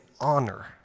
honor